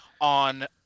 on